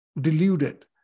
deluded